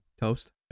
toast